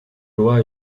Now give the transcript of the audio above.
loi